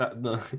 no